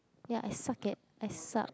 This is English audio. ya I suck at I suck